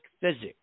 physics